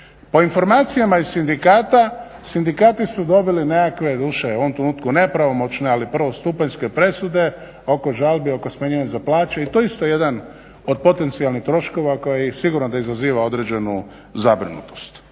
O informacijama iz sindikata, sindikati su dobili nekakve doduše u ovom trenutku nepravomoćne ali prvostupanjske presude oko žalbi oko smanjenja za plaće. I to je isto jedan od potencijalnih troškova koji sigurno da izaziva određenu zabrinutost.